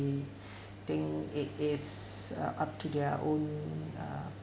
think it is uh up to their own uh